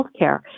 healthcare